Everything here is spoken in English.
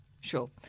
Sure